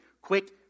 quick